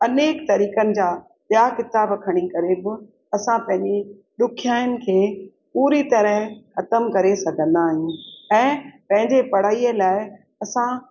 अनेक तरीक़नि जा ॿियां किताब खणी करे बि असां पंहिंजी ॾुखियाइनि खे पूरी तरह ख़तम करे सघंदा आहियूं ऐं पंहिंजे पढ़ाईअ लाइ असां